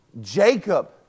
Jacob